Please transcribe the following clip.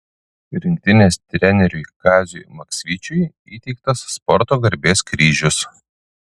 rinktinės treneriui kaziui maksvyčiui įteiktas sporto garbės kryžius